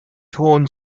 torn